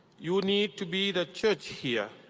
you need to be the church here,